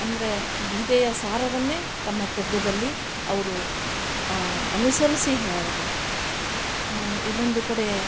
ಅಂದರೆ ಗೀತೆಯ ಸಾರವನ್ನೇ ತಮ್ಮ ಕಗ್ಗದಲ್ಲಿ ಅವರು ಅನುಸರಿಸಿ ಹೇಳಿದಾರೆ ಇನ್ನೊಂದು ಕಡೆ